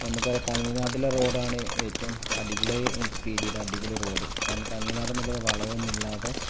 നമുക്ക്റിയ തമിഴനാട്ടിലെ റോഡാണ് ഏറ്റവും അടിപൊളി എനിക്ക് ഫീൽ ചെയ്ത് അടിപൊളി റോഡ കാരണം തമിഴനാട് എന്നുള്ളത് വളവുംൊന്നുംില്ലാതെ